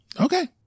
Okay